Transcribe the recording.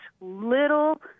little –